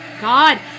God